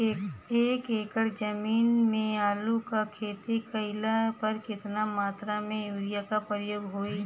एक एकड़ जमीन में आलू क खेती कइला पर कितना मात्रा में यूरिया क प्रयोग होई?